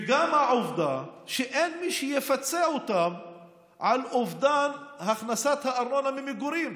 וגם העובדה שאין מי שיפצה אותן על אובדן הכנסת הארנונה ממגורים.